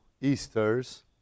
Easters